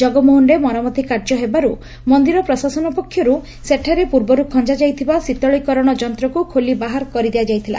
ଜଗମୋହନରେ ମରାମତି କାର୍ଯ୍ୟ ହେବାରୁ ମନ୍ଦିର ପ୍ରଶାସନ ପକ୍ଷରୁ ସେଠାରେ ପୂର୍ବରୁ ଖଞାଯାଇଥିବା ଶୀତଳିକରଣ ଯନ୍ତକୁ ଖୋଲି ବାହାର କରିଦିଆ ଯାଇଥିଲା